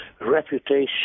reputation